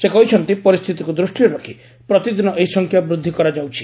ସେ କହିଛନ୍ତି ପରିସ୍ଥିତିକୁ ଦୃଷ୍ଟିରେ ରଖି ପ୍ରତିଦିନ ଏହି ସଂଖ୍ୟା ବୃଦ୍ଧି କରାଯାଉଛି